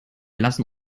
lassen